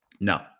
no